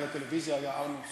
מנהל הטלוויזיה היה ארנון צוקרמן,